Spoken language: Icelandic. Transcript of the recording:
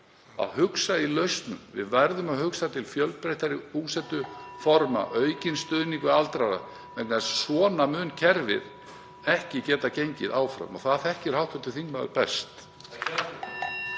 að hugsa í lausnum. Við verðum að hugsa til fjölbreyttari búsetuforma, aukins stuðnings við aldraða vegna þess að svona mun kerfið ekki geta gengið áfram og það þekkir hv. þingmaður best.